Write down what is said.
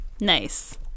Nice